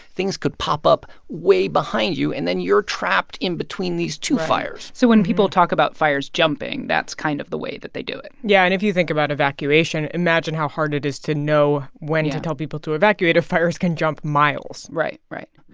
things could pop up way behind you, and then you're trapped in between these two fires so when people talk about fires jumping, that's kind of the way that they do it yeah. and if you think about evacuation, imagine how hard it is to know when to tell people to evacuate if fires can jump miles right. right.